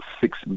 six